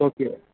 okay